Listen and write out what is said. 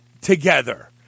together